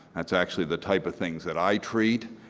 that is actually the type of things that i treat,